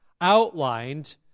outlined